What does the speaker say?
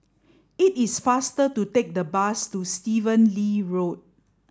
it is faster to take the bus to Stephen Lee Road